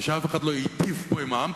ושאף אחד לא ייטיב פה עם העם,